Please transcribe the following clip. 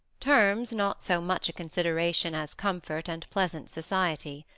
terms not so much a consideration as comfort and pleasant society.